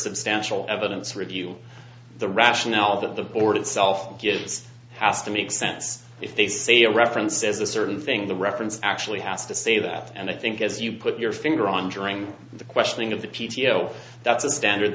substantial evidence review the rationale of the board itself gives has to make sense if they say a reference as a certain thing the reference actually has to say that and i think as you put your finger on during the questioning of the p t o that's a standard